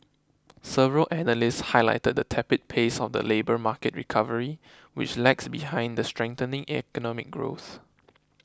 several analysts highlighted the tepid pace of the labour market recovery which lags behind the strengthening economic growth